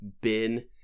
bin